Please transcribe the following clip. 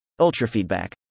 Ultrafeedback